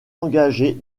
engagée